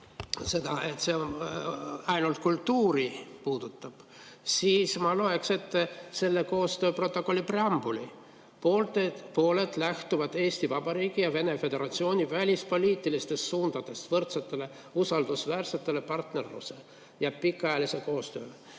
et see ainult kultuuri puudutab, siis ma loeksin ette selle koostööprotokolli preambuli: "Pooled lähtuvad Eesti Vabariigi ja Vene Föderatsiooni välispoliitilistest suundadest võrdsele usaldusväärsele partnerlusele ja pikaajalisele koostööle."